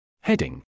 Heading